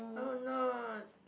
oh no